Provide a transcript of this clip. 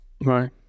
Right